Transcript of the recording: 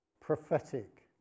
prophetic